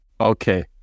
Okay